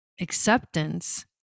acceptance